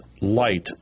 light